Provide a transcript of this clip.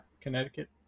connecticut